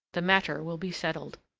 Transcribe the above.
the matter will be settled.